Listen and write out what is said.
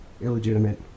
illegitimate